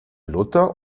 luther